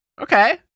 okay